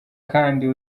kandi